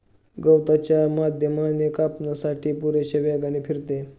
गवताच्या माध्यमाने कापण्यासाठी पुरेशा वेगाने फिरते